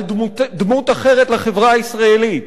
על דמות אחרת לחברה הישראלית,